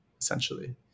essentially